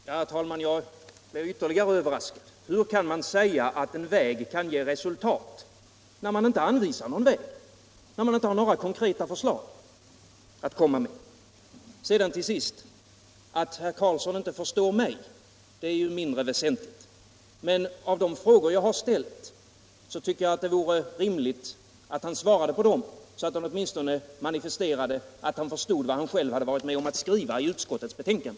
Herr talman! Jag blir ytterligare överraskad. Hur kan man säga att en väg kan ge resultat när man inte anvisar någon väg, när man inte har några konkreta förslag att komma med? Om herr Karlsson förstår mig eller inte är mindre väsentligt. Men det vore rimligt att herr Karlsson svarade på de frågor jag ställt så att han åtminstone manifesterade att han förstått vad han själv varit med om att skriva i utskottets betänkande.